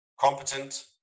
competent